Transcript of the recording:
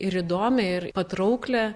ir įdomią ir patrauklią